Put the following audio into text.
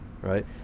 right